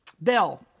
Bell